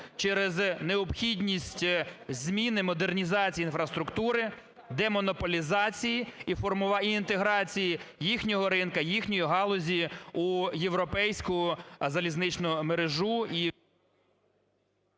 через необхідність зміни модернізації інфраструктури, демонополізації і інтеграції їхнього ринку, їхньої галузі у європейську залізничну мережу